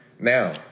now